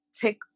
take